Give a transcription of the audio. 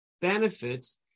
benefits